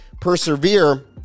persevere